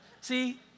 See